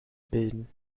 bilden